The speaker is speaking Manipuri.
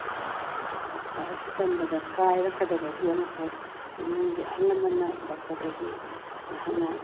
ꯂꯥꯏꯔꯤꯛ ꯂꯥꯏꯁꯨ ꯇꯝꯕꯗ ꯀꯥꯏꯔꯛꯀꯗꯕꯒꯤ ꯑꯃꯈꯛ ꯏꯃꯨꯡꯒꯤ ꯑꯍꯜ ꯂꯃꯟꯅ ꯎꯔꯛꯄꯗꯒꯤ ꯃꯍꯥꯛꯅ